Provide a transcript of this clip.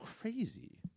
crazy